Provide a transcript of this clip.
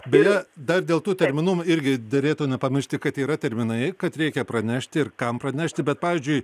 beje dar dėl tų terminų irgi derėtų nepamiršti kad yra terminai kad reikia pranešti ir kam pranešti bet pavyzdžiui